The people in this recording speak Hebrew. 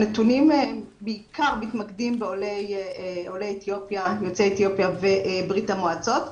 הנתונים בעיקר מתמקדים ביוצאי אתיופיה וברית המועצות.